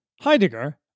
Heidegger